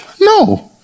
No